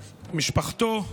משפחתו,